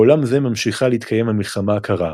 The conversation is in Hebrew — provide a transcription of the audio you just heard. בעולם זה ממשיכה להתקיים המלחמה הקרה,